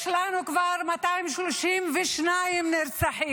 יש לנו כבר 232 נרצחים,